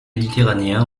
méditerranéens